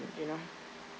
you know